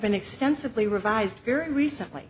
been extensively revised very recently